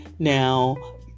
Now